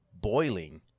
boiling